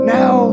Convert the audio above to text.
now